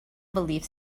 belief